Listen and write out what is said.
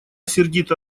сердита